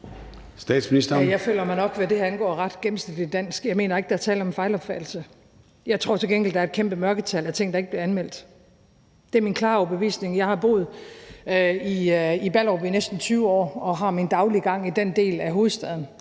Jeg føler mig nok, hvad det her angår, ret gennemsnitligt dansk. Jeg mener ikke, der er tale om en fejlopfattelse. Jeg tror til gengæld, at der er et kæmpe mørketal af ting, der ikke bliver anmeldt. Det er min klare overbevisning. Jeg har boet i Ballerup i næsten 20 år og har min daglige gang i den del af hovedstaden,